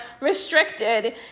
restricted